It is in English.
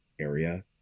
area